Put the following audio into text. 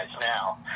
now